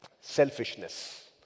selfishness